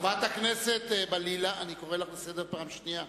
חברת הכנסת בלילא, אני קורא לך לסדר פעם שנייה.